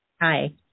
Hi